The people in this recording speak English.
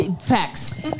Facts